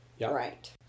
Right